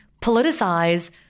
politicize